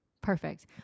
perfect